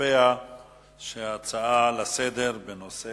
קובע שההצעות לסדר-היום בנושא